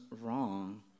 wrong